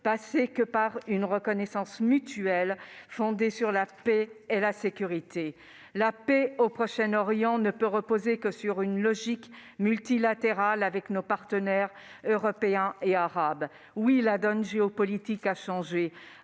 passer que par une reconnaissance mutuelle fondée sur la paix et la sécurité. La paix au Proche-Orient ne peut reposer que sur une logique multilatérale associant nos partenaires européens et arabes. Oui, la donne géopolitique a changé.